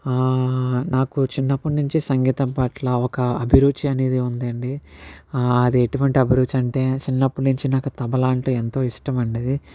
నాకు చిన్నప్పటి నుండి సంగీతం పట్ల ఒక అభిరుచి అనేది ఉంది అండి అది ఎటువంటి అభిరుచి అంటే చిన్నప్పటి నుండి నాకు తబలా అంటే ఎంతో ఇష్టం అండి అది